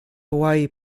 hawaii